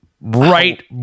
right